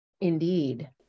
indeed